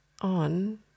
on